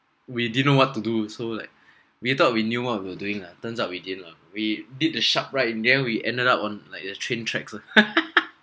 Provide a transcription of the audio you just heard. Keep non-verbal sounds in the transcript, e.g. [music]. we didn't know what to do so like we thought we knew what we were doing lah turns out we didn't lah we did a sharp right in there we ended up like the train track [laughs]